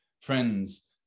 Friends